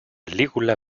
lígula